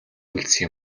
үлдсэн